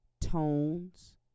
tones